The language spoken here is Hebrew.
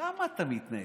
אפס ואף נמנע.